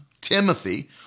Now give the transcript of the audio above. Timothy